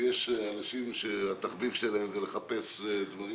שיש אנשים שהתחביב שלהם זה לחפש דברים